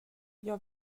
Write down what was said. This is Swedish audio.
jag